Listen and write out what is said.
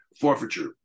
forfeiture